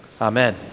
Amen